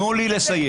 תנו לי לסיים.